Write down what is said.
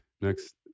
Next